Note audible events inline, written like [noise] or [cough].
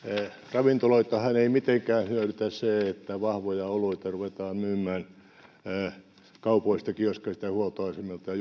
ravintoloitahan ei mitenkään hyödytä se että vahvoja oluita ruvetaan myymään kaupoista kioskeista ja huoltoasemilta ja [unintelligible]